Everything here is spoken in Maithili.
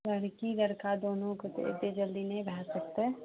लड़की लड़का दोनोके तऽ एतेक जल्दी नहि भए सकतै